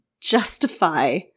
justify